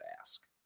ask